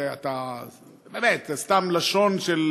זו סתם לשון של